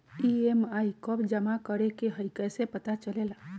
EMI कव जमा करेके हई कैसे पता चलेला?